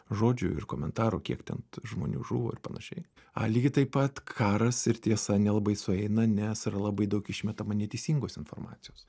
žodžių ir komentarų kiek ten žmonių žuvo ir panašiai a lygiai taip pat karas ir tiesa nelabai sueina nes yra labai daug išmetama neteisingos informacijos